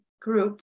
group